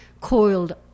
Coiled